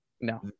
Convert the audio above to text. no